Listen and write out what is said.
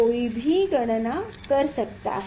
कोई भी गणना कर सकता है